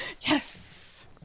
Yes